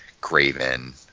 Graven